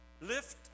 Lift